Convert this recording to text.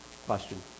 question